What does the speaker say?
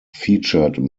featured